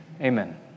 Amen